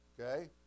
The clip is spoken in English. Okay